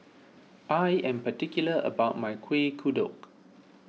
I am particular about my Kuih Kodok